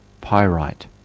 pyrite